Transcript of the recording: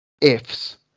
ifs